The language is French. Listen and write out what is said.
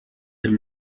elle